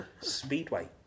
Speedway